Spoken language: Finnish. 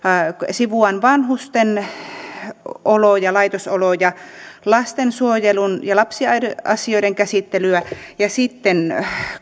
sivuan vanhusten laitosoloja lastensuojelun ja lapsiasioiden käsittelyä ja sitten